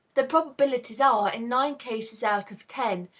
the probabilities are, in nine cases out of ten,